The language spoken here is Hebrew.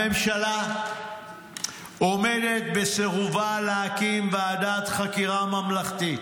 הממשלה עומדת בסירובה להקים ועדת חקירה ממלכתית,